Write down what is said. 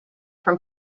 from